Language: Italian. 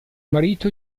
marito